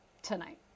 tonight